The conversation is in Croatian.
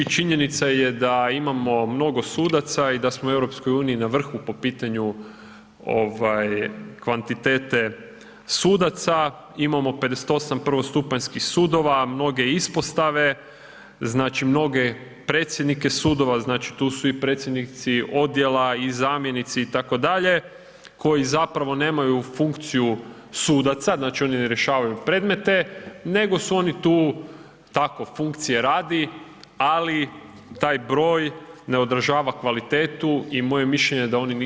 Činjenica je da imamo mnogo sudaca i smo u EU na vrhu po pitanju ovaj kvantitete sudaca, imamo 58 prvostupanjskih sudova, mnoge ispostave, znači mnoge predsjednike sudova, znači tu su i predsjednici odjela i zamjenici itd., koji zapravo nemaju funkciju sudaca, znači oni ne rješavaju predmete nego su oni tu tako funkcije radi, ali taj broj ne održava kvalitetu i moje mišljenje je da oni nisu potrebi u takvom broju.